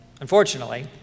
unfortunately